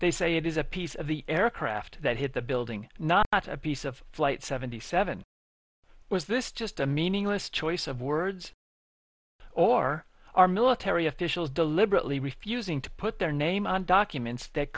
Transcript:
they say it is a piece of the aircraft that hit the building not a piece of flight seventy seven was this just a meaningless choice of words or are military officials deliberately refusing to put their name on documents that